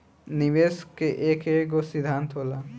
निवेश के एकेगो सिद्धान्त होला